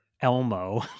elmo